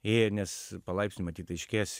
ir nes palaipsniui matyt aiškės